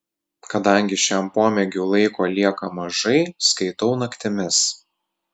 kadangi šiam pomėgiui laiko lieka mažai skaitau naktimis